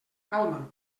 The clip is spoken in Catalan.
calma